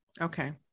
okay